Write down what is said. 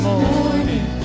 morning